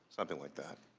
something like that.